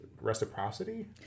reciprocity